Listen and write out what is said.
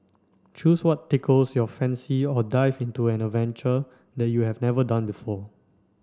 choose what tickles your fancy or dive into an adventure that you have never done before